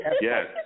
Yes